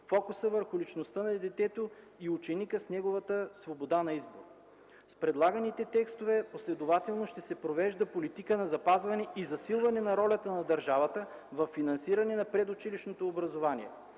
фокуса върху личността на детето и ученика с неговата свобода на избор. С предлаганите текстове последователно ще се провежда политика на запазване и засилване на ролята на държавата във финансиране на предучилищното образование.